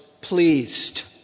pleased